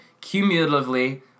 cumulatively